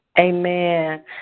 Amen